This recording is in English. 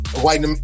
white